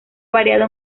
variado